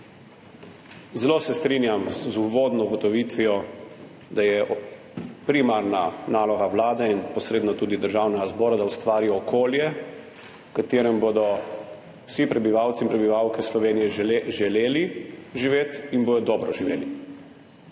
Zelo se strinjam z uvodno ugotovitvijo, da je primarna naloga Vlade in posredno tudi Državnega zbora, da ustvari okolje, v katerem bodo vsi prebivalci in prebivalke Slovenije želeli živeti in bodo dobro živeli.